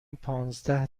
پانزده